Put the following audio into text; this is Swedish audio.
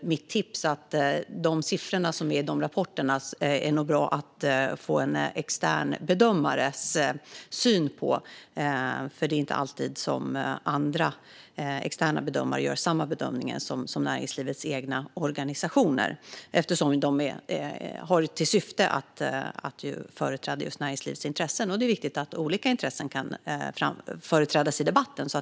De siffror som finns i sådana rapporter är det nog bra att få en extern bedömares syn på. Det är mitt tips. Det är inte alltid externa bedömare gör samma bedömningar som näringslivets egna organisationer, eftersom dessa har till syfte att företräda just näringslivets intressen. Det är viktigt att olika intressen kan företrädas i debatten.